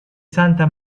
santa